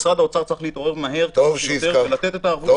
משרד האוצר צריך להתעורר מהר ולתת את הערבות הזו.